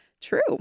true